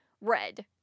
red